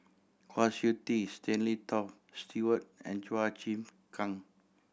Kwa Siew Tee Stanley Toft Stewart and Chua Chim Kang